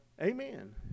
amen